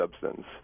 substance